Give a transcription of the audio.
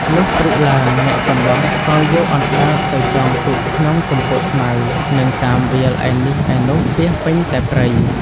លុះព្រឹកឡើង អ្នកកម្លោះក៏យកអណ្ដើកទៅចងទុកក្នុងគុម្ពោតស្មៅនិងតាមវាលឯនេះឯនោះពាសពេញតែព្រៃ។